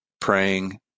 praying